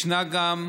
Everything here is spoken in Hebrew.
ישנה גם,